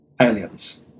aliens